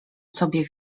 sobie